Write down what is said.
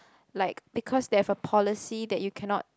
like because they have a policy that you cannot